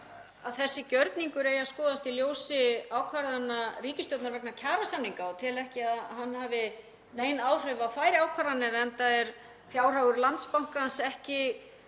að þessi gjörningur eigi að skoðast í ljósi ákvarðana ríkisstjórnar vegna kjarasamninga og tel ekki að hann hafi nein áhrif á þær ákvarðanir enda er fjárhagur Landsbankans ekki